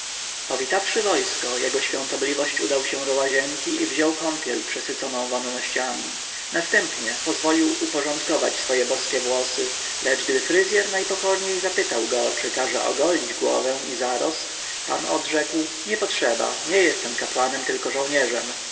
powitawszy wojsko jego świątobliwość udał się do łazienki i wziął kąpiel przesyconą wonnościami następnie pozwolił uporządkować swoje boskie włosy lecz gdy fryzjer najpokorniej zapytał go czy każe ogolić głowę i zarost pan odrzekł nie potrzeba nie jestem kapłanem tylko żołnierzem